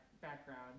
background